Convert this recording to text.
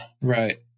right